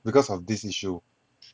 because of this issue